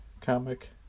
comic